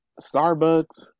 Starbucks